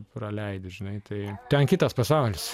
praleidi žinai tai ten kitas pasaulis